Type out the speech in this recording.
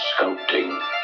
sculpting